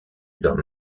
leurs